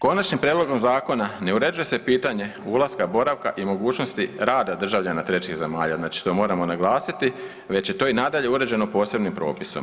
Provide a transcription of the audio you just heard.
Konačnim prijedlogom zakona ne uređuje se pitanje ulaska, boravka i mogućnosti rada državljana trećih zemalja, znači to moramo naglasiti, već je to i nadalje uređeno posebnim propisom.